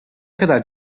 kadar